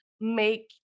make